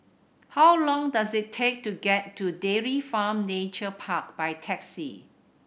how long does it take to get to Dairy Farm Nature Park by taxi